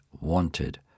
wanted